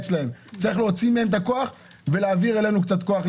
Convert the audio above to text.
צריך להוציא מהם את הכוח ולהעביר לנו קצת הכוח.